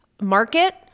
market